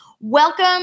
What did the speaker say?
Welcome